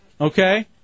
okay